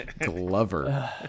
Glover